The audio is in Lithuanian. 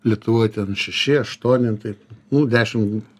lietuvoj ten šeši aštuoni nu taip nu dešim